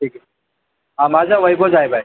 ठीक आहे माझं वैभव जायभाय